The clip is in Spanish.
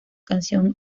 canción